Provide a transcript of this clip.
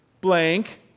blank